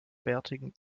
bärtigen